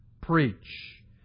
preach